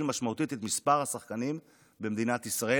משמעותית את מספר השחקנים במדינת ישראל.